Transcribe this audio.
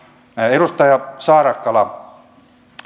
edustaja saarakkala